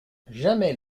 jamais